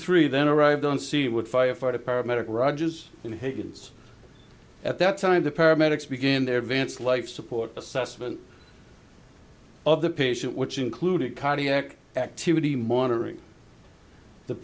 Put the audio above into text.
three then arrived on scene would firefighter paramedic rogers in higgins at that time the paramedics begin their advanced life support assessment of the patient which included cardiac activity monitoring the